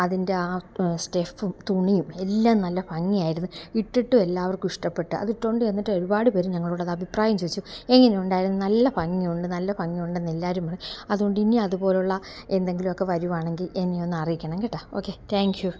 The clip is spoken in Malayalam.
അതിന്റെ ആ സ്റ്റെഫും തുണിയും എല്ലാം നല്ല ഭംഗി ആയിരുന്നു ഇട്ടിട്ടു എല്ലാവര്ക്കും ഇഷ്ടപ്പെട്ട് അത് ഇട്ടുകൊണ്ട് വന്നിട്ട് എല്ലാവരും ഒരുപാട് പേര് ഞങ്ങളോടതഭിപ്രായം ചോദിച്ചു എങ്ങനെ ഉണ്ടായിരു നല്ല ഭംഗി ഉണ്ട് നല്ല ഭംഗി ഉണ്ടെന്ന് എല്ലാവരും പറഞ്ഞ് അതുകൊണ്ട് ഇനി അതുപോലെ ഉള്ള എന്തെങ്കിലുവൊക്കെ വരുവാണെങ്കില് എന്നെ ഒന്ന് അറിയിക്കണം കേട്ടോ ഓക്കെ ടാങ്ക്യു